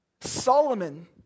Solomon